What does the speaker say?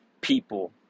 people